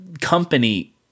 company